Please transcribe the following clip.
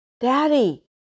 Daddy